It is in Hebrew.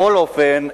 בכל אופן,